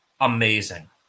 amazing